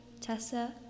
Tessa